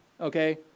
okay